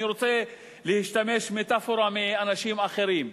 אני רוצה להשתמש במטאפורה מאנשים אחרים,